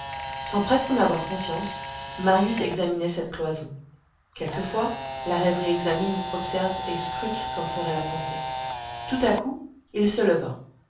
sans presque en avoir conscience marius examinait cette cloison quelquefois la rêverie examine observe et scrute comme ferait la pensée tout à coup il se leva